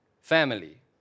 family